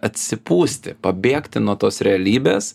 atsipūsti pabėgti nuo tos realybės